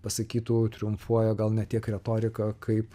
pasakytų triumfuoja gal ne tiek retorika kaip